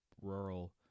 rural